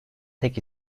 tek